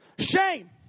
shame